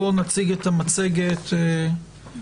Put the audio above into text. בואו נציג את המצגת שהכנתם,